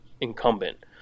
incumbent